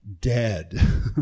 Dead